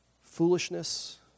foolishness